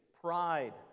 pride